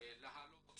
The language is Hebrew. להעלות